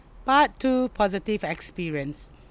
part two positive experience